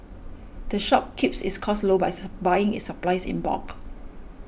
the shop keeps its costs low by buying its supplies in bulk